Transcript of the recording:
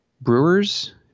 Brewers